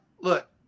Look